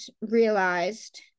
realized